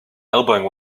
elbowing